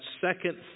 second